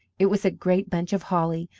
it was a great bunch of holly,